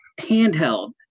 handheld